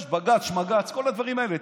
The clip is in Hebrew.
יש בג"ץ, שמג"ץ, כל הדברים האלה.